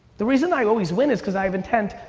the reason i always win is cause i have intent.